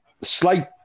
slight